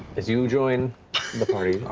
as you join the party,